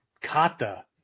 kata